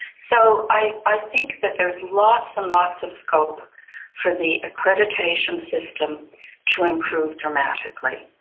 so i i think that there's lots and lots of scope for the accreditation system to improve dramatically.